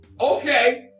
Okay